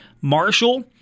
Marshall